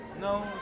No